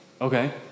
Okay